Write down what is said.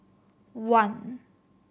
one